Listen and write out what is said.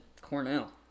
Cornell